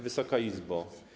Wysoka Izbo!